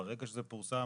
ברגע שזה פורסם